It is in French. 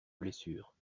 blessure